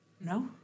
No